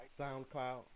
SoundCloud